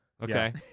Okay